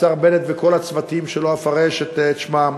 וכל הצוותים שלא אפרט את שמותיהם.